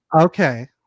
okay